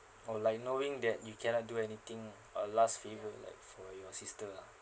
or like knowing that you cannot do anything or last favour like for your sister lah